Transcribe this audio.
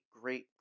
great